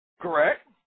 Correct